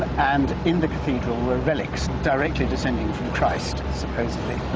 and in the cathedral were relics directly descending from christ, supposedly,